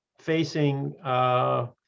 facing